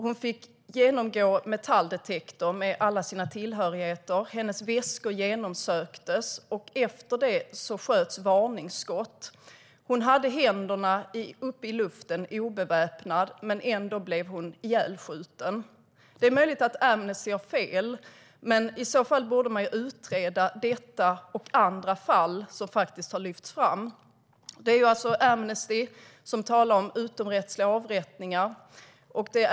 Hon fick gå igenom en metalldetektor med alla sina tillhörigheter. Hennes väskor genomsöktes. Efter det sköts varningsskott. Hon hade händerna uppe i luften och var obeväpnad. Men hon blev ändå ihjälskjuten. Det är möjligt att Amnesty har fel. Men i så fall borde detta och andra fall som har lyfts fram utredas. Amnesty talar om utomrättsliga avrättningar.